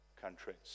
countries